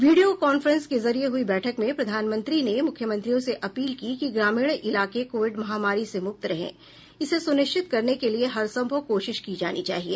video conference के जरिये हुई बैठक में प्रधानमंत्री ने मुख्यमंत्रियों से अपील की कि ग्रामीण इलाके कोविड महामारी से मुक्त रहे इसे सुनिश्चित करने के लिए हर संभव कोशिश की जानी चाहिए